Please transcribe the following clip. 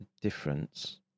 difference